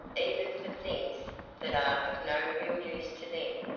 even for things that are of no real use to them,